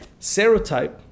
Serotype